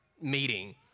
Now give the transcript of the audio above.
meeting